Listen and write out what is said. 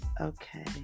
okay